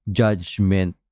judgment